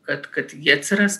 kad kad ji atsiras